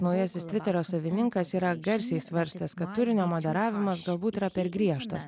naujasis tviterio savininkas yra garsiai svarstęs kad turinio moderavimas galbūt yra per griežtas